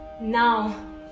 Now